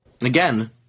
again